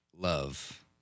love